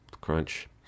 crunch